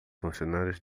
funcionários